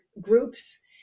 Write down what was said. groups